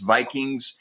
Vikings